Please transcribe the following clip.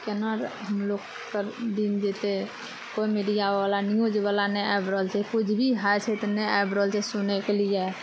केना हमलोग के दिन जेतै कोइ मीडिया वला न्यूज बला नहि आबि रहल छै किछु भी होइ छै तऽ नहि आबि रहल छै सुनयके लिए